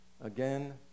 again